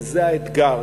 וזה האתגר